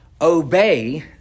obey